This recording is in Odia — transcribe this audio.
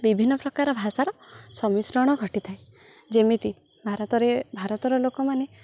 ବିଭିନ୍ନ ପ୍ରକାର ଭାଷାର ସମିଶ୍ରଣ ଘଟିଥାଏ ଯେମିତି ଭାରତରେ ଭାରତର ଲୋକମାନେ